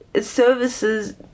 services